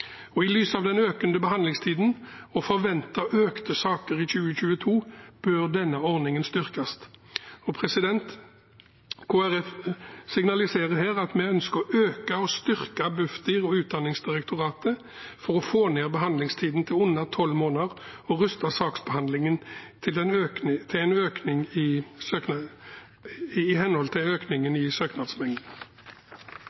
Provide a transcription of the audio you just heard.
I lys av den økende behandlingstiden og forventet økt antall saker i 2022 bør denne ordningen styrkes. Kristelig Folkeparti signaliserer her at vi ønsker å styrke Bufdir og Utdanningsdirektoratet for å få ned behandlingstiden til under 12 mnd. og ruste saksbehandlingen i henhold til økningen i søknadsmengden. Flere har ikke bedt om ordet til